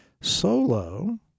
solo